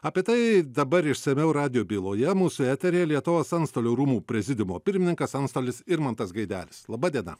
apie tai dabar išsamiau radijo byloja mūsų eteryje lietuvos antstolių rūmų prezidiumo pirmininkas antstolis irmantas gaidelis laba diena